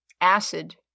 acid